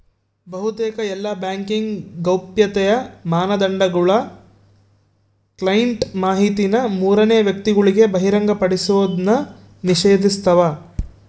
ಬಹುತೇಕ ಎಲ್ಲಾ ಬ್ಯಾಂಕಿಂಗ್ ಗೌಪ್ಯತೆಯ ಮಾನದಂಡಗುಳು ಕ್ಲೈಂಟ್ ಮಾಹಿತಿನ ಮೂರನೇ ವ್ಯಕ್ತಿಗುಳಿಗೆ ಬಹಿರಂಗಪಡಿಸೋದ್ನ ನಿಷೇಧಿಸ್ತವ